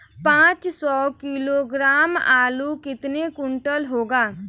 पाँच सौ किलोग्राम आलू कितने क्विंटल होगा?